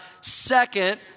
second